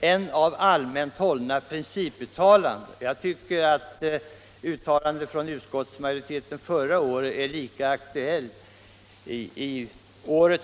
än av allmänt hållna principuttalanden. Jag tycker att detta uttalande är lika aktuellt i år.